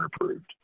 approved